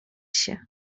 się